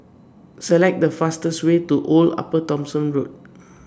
Select The fastest Way to Old Upper Thomson Road